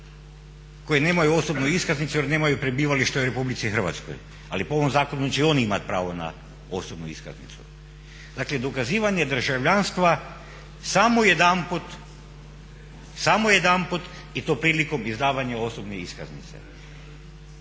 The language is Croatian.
koji nemaju osobnu iskaznicu jer nemaju prebivališta u RH, ali po ovom zakonu će i oni imati pravo na osobnu iskaznicu. Dakle, dokazivanje državljanstva samo jedanput, samo jedanput i to prilikom izdavanja osobne iskaznice.